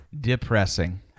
depressing